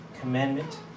commandment